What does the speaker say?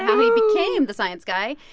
how he became the science guy.